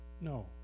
No